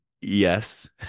yes